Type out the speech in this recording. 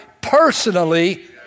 personally